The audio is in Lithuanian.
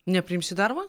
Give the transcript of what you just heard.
nepriims į darbą